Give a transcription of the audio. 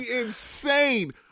insane